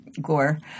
gore